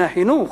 מהחינוך?